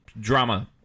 drama